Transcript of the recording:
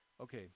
Okay